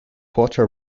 puerto